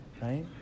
right